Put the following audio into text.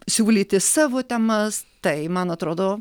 siūlyti savo temas tai man atrodo